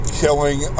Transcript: killing